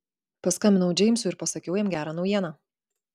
paskambinau džeimsui ir pasakiau jam gerą naujieną